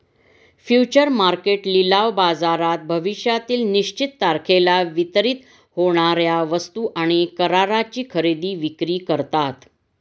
future market लिलाव बाजारात भविष्यातील निश्चित तारखेला वितरित होणार्या वस्तू आणि कराराची खरेदी विक्री करतात